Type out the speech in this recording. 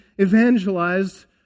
evangelized